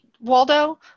Waldo